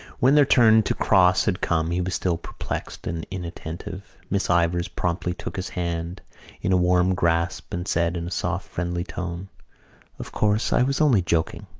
when their turn to cross had come he was still perplexed and inattentive. miss ivors promptly took his hand in a warm grasp and said in a soft friendly tone of course, i was only joking.